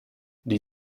die